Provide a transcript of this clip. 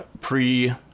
pre